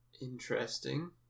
interesting